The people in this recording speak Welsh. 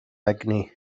egni